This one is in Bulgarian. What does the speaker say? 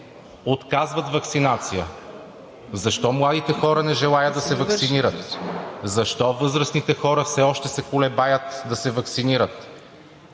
отказват ваксинация? Защо младите хора не желаят да се ваксинират? Защо възрастните хора все още се колебаят да се ваксинират?